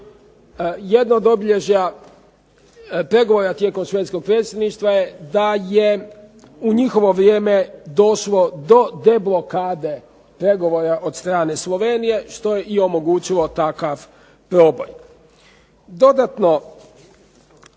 Jedno od obilježja pregovora tijekom švedskog predsjedništva je da je u njihovo vrijeme došlo do deblokade pregovora od strane Slovenije, što je i omogućilo takav proboj. Dodatno